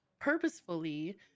purposefully